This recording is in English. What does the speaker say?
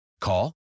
Call